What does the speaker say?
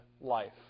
life